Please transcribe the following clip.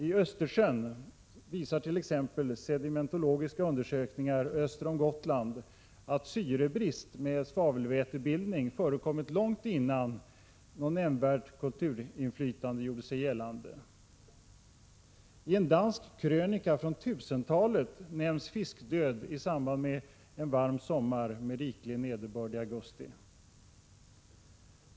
I Östersjön visar t.ex. sedimentologiska undersökningar öster om Gotland att syrebrist med svavelvätebildning förekommit långt innan något nämnvärt kulturinflytande gjorde sig gällande. I en dansk krönika från 1000-talet nämns fiskdöd i samband med en varm sommar med riklig nederbörd i augusti.